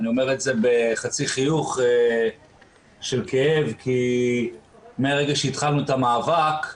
אני אומר את זה בחצי חיוך של כאב כי מהרגע שהתחלנו את המאבק,